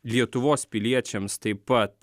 lietuvos piliečiams taip pat